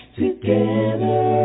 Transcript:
together